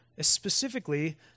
specifically